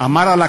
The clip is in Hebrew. אמר על ה"קסאם"